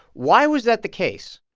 why was that the case?